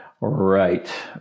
Right